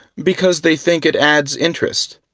because they think it adds interest.